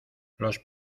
los